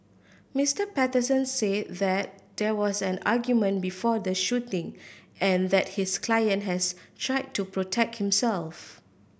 Mister Patterson said that there was an argument before the shooting and that his client has tried to protect himself